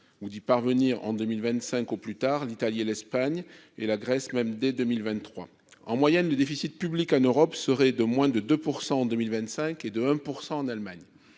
ou d'y parvenir en 2025 au plus tard, l'Italie et l'Espagne et la Grèce même dès 2023 en moyenne le déficit public en Europe serait de moins de 2 % en 2025 et de 1 pour 100 en Allemagne,